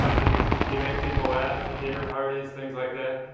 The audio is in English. um did you make people laugh at dinner parties, things like that?